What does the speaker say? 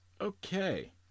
Okay